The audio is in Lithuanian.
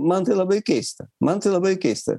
man tai labai keista man tai labai keista